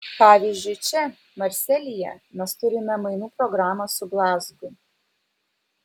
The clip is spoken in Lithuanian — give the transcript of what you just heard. pavyzdžiui čia marselyje mes turime mainų programą su glazgu